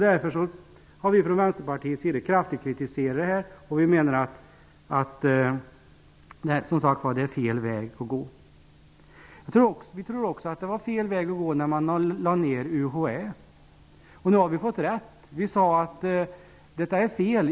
Därför har vi från Vänsterpartiets sida kraftigt kritiserat detta, och vi menar att det är fel väg att gå. Vi tror också att det var fel väg att gå när man lade ned UHÄ. Nu har vi fått rätt. Vi sade: Detta är fel.